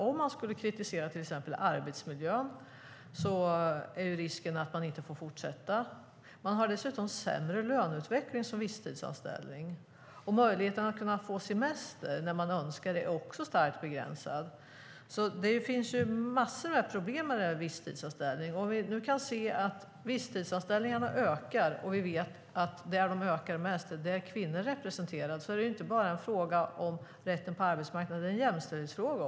Om man kritiserar till exempel arbetsmiljön är det risk för att man inte får fortsätta. Man har som visstidsanställd sämre löneutveckling, och möjligheten att ta semester när man önskar är starkt begränsad. Det finns alltså mängder med problem med visstidsanställning. När vi ser att visstidsanställningarna ökar och vi dessutom vet att de ökar mest där många kvinnor är representerade, då är det inte bara en fråga om rätten på arbetsmarknaden utan också en jämställdhetsfråga.